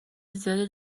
زیادی